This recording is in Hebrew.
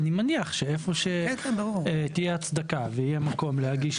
אני מניח שאיפה שתהיה הצדקה, ויהיה מקום להגיש.